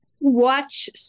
watch